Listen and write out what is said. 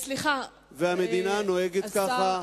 והמדינה נוהגת ככה,